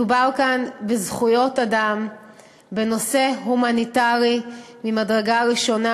מדובר כאן בזכויות אדם בנושא הומניטרי ממדרגה ראשונה.